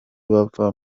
bava